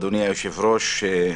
אדוני היושב-ראש,